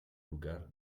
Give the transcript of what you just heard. lugar